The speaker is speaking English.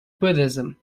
buddhism